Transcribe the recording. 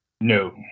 No